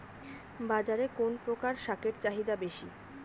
বাজারে কোন প্রকার শাকের চাহিদা বেশী?